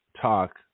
talk